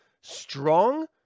strong